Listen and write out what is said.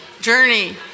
journey